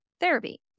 Therapy